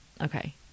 okay